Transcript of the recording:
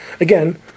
again